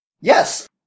Yes